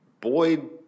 Boyd